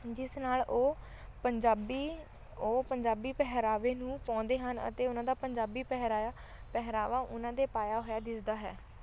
ਜਿਸ ਨਾਲ ਉਹ ਪੰਜਾਬੀ ਉਹ ਪੰਜਾਬੀ ਪਹਿਰਾਵੇ ਨੂੰ ਪਾਉਂਦੇ ਹਨ ਅਤੇ ਉਹਨਾਂ ਦਾ ਪੰਜਾਬੀ ਪਹਿਰਾਇਆ ਪਹਿਰਾਵਾ ਉਨ੍ਹਾਂ ਦੇ ਪਾਇਆ ਹੋਇਆ ਦਿਸਦਾ ਹੈ